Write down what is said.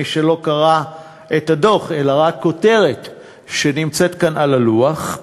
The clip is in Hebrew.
למי שלא קרא את הדוח אלא רק כותרת שנמצאת כאן על הלוח,